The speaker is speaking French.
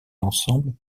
l’ensemble